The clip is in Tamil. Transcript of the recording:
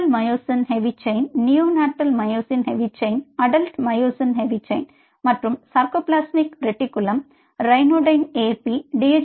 beetle myosin heavy chain neonatal myosin heavy chain adult myosin heavy chain மற்றும் சார்கோபிளாஸ்மிக் ரெட்டிகுலம் ரியானோடைன் ஏற்பி டி